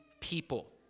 people